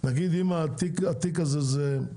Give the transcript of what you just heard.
אם התיק הזה הוא, נגיד,